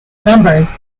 numbers